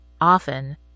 Often